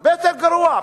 הרבה יותר גרוע,